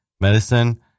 Medicine